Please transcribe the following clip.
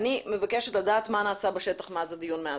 אני מבקשת לדעת מה נעשה בשטח מאז הדיון מאז.